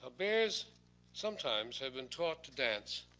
ah bears sometimes have been taught to dance